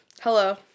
Hello